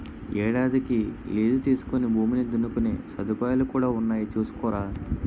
ఏడాదికి లీజుకి తీసుకుని భూమిని దున్నుకునే సదుపాయాలు కూడా ఉన్నాయి చూసుకోరా